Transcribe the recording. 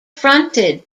fronted